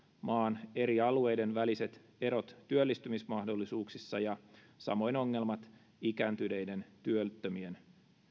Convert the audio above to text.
maan eri alueiden väliset erot työllistymismahdollisuuksissa ja samoin ongelmat ikääntyneiden työttömien